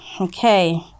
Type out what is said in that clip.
Okay